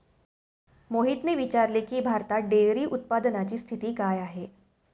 मोहितने विचारले की, भारतात डेअरी उत्पादनाची स्थिती काय आहे?